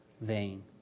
Vain